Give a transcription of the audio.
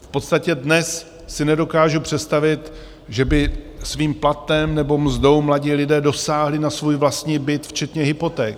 V podstatě dnes si nedokážu představit, že by svým platem nebo mzdou mladí lidé dosáhli na svůj vlastní byt včetně hypotéky.